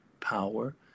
power